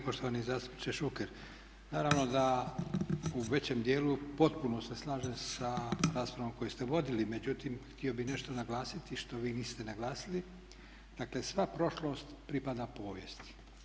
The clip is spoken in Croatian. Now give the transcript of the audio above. Poštovani zastupniče Šuker, naravno da u većem dijelu potpuno se slažem sa raspravom koju ste vodili međutim htio bih nešto naglasiti što vi niste naglasili dakle sva prošlost pripada povijesti.